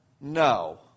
no